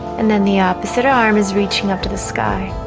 and then the opposite her arm is reaching up to the sky